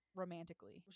romantically